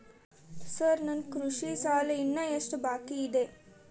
Sir ನನ್ನ ಕೃಷಿ ಸಾಲ ಇನ್ನು ಎಷ್ಟು ಬಾಕಿಯಿದೆ?